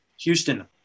Houston